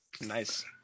Nice